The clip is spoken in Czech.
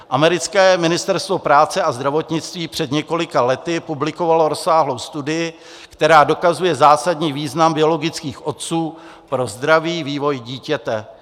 Americké ministerstvo práce a zdravotnictví před několika lety publikovalo rozsáhlou studii, která dokazuje zásadní význam biologických otců pro zdravý vývoj dítěte.